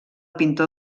pintor